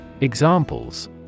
Examples